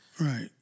Right